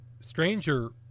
stranger